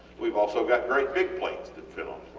weve also got great big plates that fit on